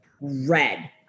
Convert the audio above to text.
red